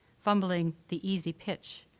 fumbling the easy pitch,